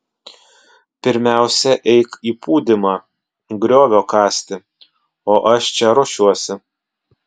pirmiausia eik į pūdymą griovio kasti o aš čia ruošiuosi